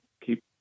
keep